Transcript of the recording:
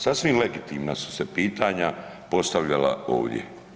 Sasvim legitimna su se pitanja postavljala ovdje.